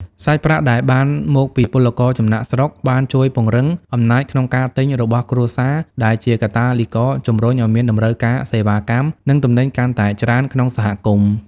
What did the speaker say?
សាច់ប្រាក់ដែលបានមកពីពលករចំណាកស្រុកបានជួយពង្រឹង "អំណាចក្នុងការទិញ" របស់គ្រួសារ ដែលជាកាតាលីករជម្រុញឱ្យមានតម្រូវការសេវាកម្ម និងទំនិញកាន់តែច្រើនក្នុងសហគមន៍។